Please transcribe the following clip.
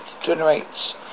generates